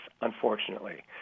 unfortunately